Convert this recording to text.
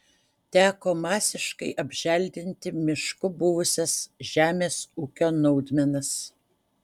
teko masiškai apželdinti mišku buvusias žemės ūkio naudmenas